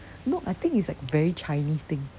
no I think it's like very chinese thing